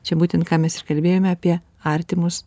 čia būtent ką mes ir kalbėjome apie artimus